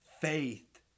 faith